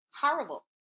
Horrible